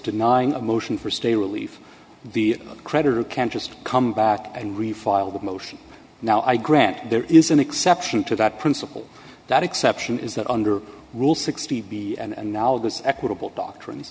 denying a motion for stay relief the creditor can just come back and refile the motion now i grant there is an exception to that principle that exception is that under rule sixty b and now this equitable doctrines